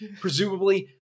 Presumably